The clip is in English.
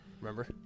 Remember